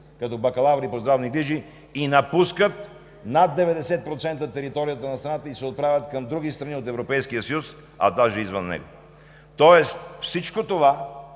като бакалаври по здравни грижи и над 90% напускат територията на страната и се отправят към други страни от Европейския съюз, а даже и извън него. Тоест всичко това